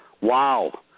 wow